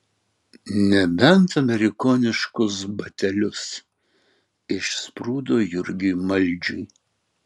nebent amerikoniškus batelius išsprūdo jurgiui maldžiui